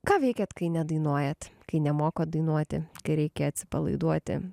ką veikiat kai nedainuojat kai nemokot dainuoti kai reikia atsipalaiduoti